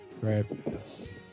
Right